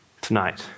tonight